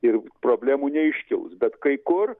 ir problemų neiškils bet kai kur